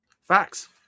Facts